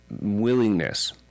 willingness